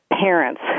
parents